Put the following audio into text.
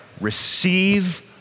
Receive